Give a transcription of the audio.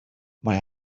mae